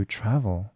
travel